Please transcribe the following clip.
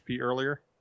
earlier